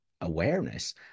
awareness